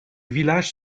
village